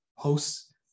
Hosts